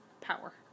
power